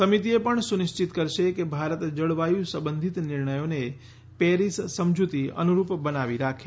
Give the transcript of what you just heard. સમિતિએ પણ સુનિશ્ચિત કરશે કે ભારત જળવાયુ સંબંધિત નિર્ણયોને પેરિસ સમજૂતી અનુરૂપ બનાવી રાખે